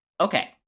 Okay